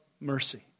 mercy